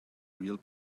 real